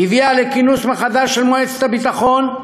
הביאה לכינוס מחדש של מועצת הביטחון,